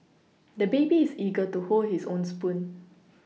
the baby is eager to hold his own spoon